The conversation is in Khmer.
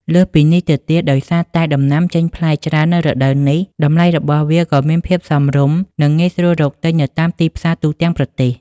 លើសពីនេះទៅទៀត ដោយសារតែដំណាំចេញផ្លែច្រើននៅរដូវនេះ តម្លៃរបស់វាក៏មានភាពសមរម្យ និងងាយស្រួលរកទិញនៅតាមទីផ្សារទូទាំងប្រទេស។